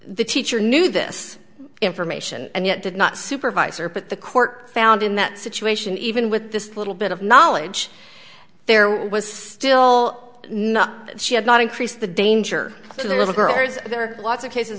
the teacher knew this information and yet did not supervisor but the court found in that situation even with this little bit of knowledge there was still not she had not increase the danger to the little girl as there are lots of cases